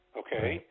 okay